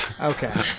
Okay